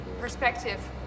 perspective